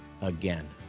again